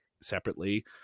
separately